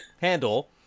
handle